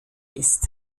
ist